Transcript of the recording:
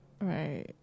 right